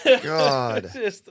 God